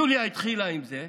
יוליה התחילה עם זה,